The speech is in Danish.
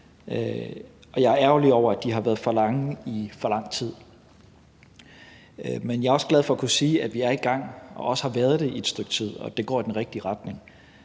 jeg er ærgerlig over, at de har været for lange i for lang tid. Men jeg er også glad for at kunne sige, at vi er i gang og også har været det et stykke tid, og at det går i den rigtige retning.